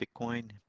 bitcoin